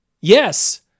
Yes